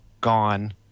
gone